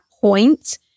point